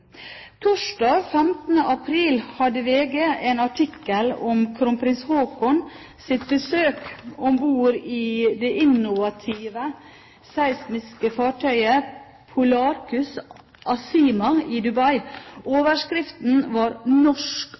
Torsdag 15. april hadde VG en artikkel om kronprins Haakons besøk om bord i det innovative seismiske fartøyet Polarcus Asima i Dubai. Overskriften var